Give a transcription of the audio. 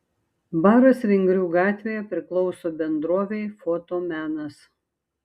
baras vingrių gatvėje priklauso bendrovei fotomenas